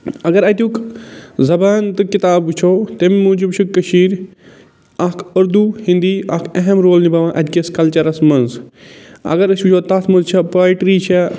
اگر اَتیُک زبان تہٕ کِتاب وُچھَو تٔمۍ موجوٗب چھِ کٔشیٖرِ اَکھ اُردو ہِندی اَکھ اہم رول نِباوان اَتِکِس کَلچَرَس منٛز اگر أسۍ وٕچھَو تَتھ منٛز چھےٚ پوٹری چھےٚ